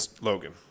Logan